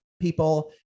people